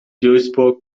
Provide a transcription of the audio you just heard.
duisburg